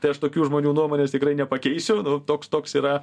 tai aš tokių žmonių nuomonės tikrai nepakeisiu toks toks yra